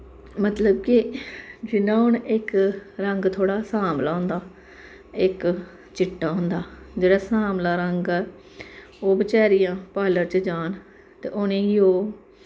मतलब के जियां हून इक रंग थोह्ड़ा सांबला होंदा इक चिट्टा होंदा जेह्ड़ा सांबला रंग ऐ ओह् बेचारियां पार्लर च जान ते उ'नेंगी ओह्